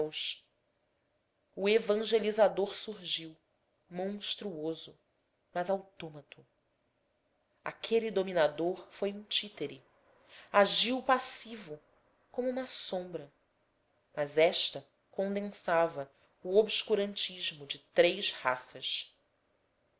céus o evangelizador surgiu monstruoso mas autômato aquele dominador foi um títere agiu passivo como uma sombra mas esta condensava o obscurantismo de três raças